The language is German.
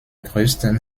größten